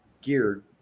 geared